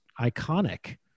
iconic